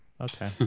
Okay